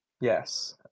Yes